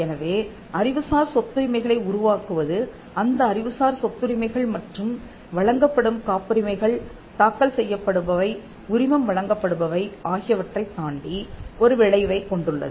எனவே அறிவுசார் சொத்துரிமைகளை உருவாக்குவது அந்த அறிவுசார் சொத்துரிமைகள் மற்றும் வழங்கப்படும் காப்புரிமைகள் தாக்கல் செய்யப்படுபவை உரிமம் வழங்கப்படுபவை ஆகியவற்றைத் தாண்டி ஒரு விளைவைக் கொண்டுள்ளது